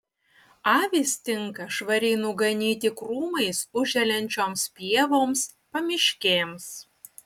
avys tinka švariai nuganyti krūmais užželiančioms pievoms pamiškėms